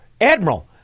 admiral